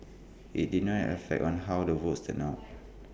IT did not have an effect on how the votes turned out